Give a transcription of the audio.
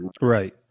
right